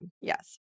yes